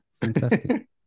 Fantastic